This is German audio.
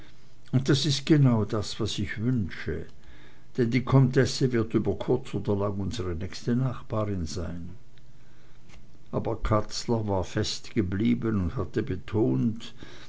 und das ist genau das was ich wünsche denn die comtesse wird über kurz oder lang unsre nächste nachbarin sein aber katzler war festgeblieben und hatte betont